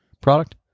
product